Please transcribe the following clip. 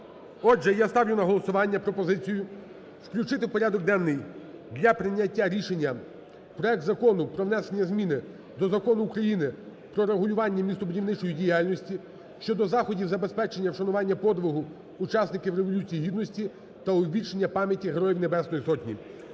Отже, я ставлю на голосування пропозицію включити в порядок денний для прийняття рішення проект Закону про внесення зміни до Закону України "Про регулювання містобудівної діяльності" щодо заходів забезпечення вшанування подвигу учасників Революції Гідності та увічнення пам'яті Героїв Небесної Сотні.